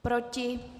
Proti?